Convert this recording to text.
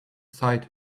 side